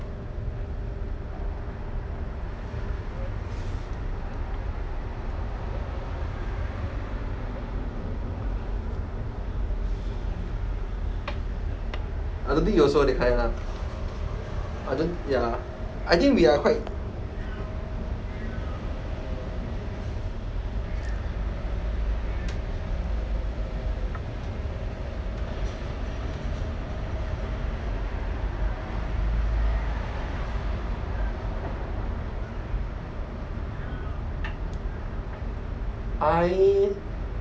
I don't think he also that kind lah I don't ya I think we are quite I